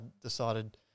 decided